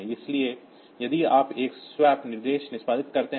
इसलिए यदि आप एक स्वैप निर्देश निष्पादित करते हैं